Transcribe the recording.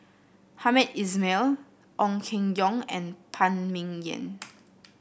Hamed Ismail Ong Keng Yong and Phan Ming Yen